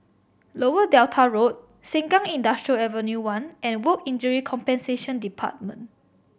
Lower Delta Road Sengkang Industrial Ave One and Work Injury Compensation Department